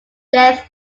death